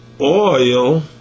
oil